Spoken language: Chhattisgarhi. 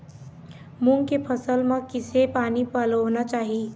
मूंग के फसल म किसे पानी पलोना चाही?